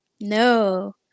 No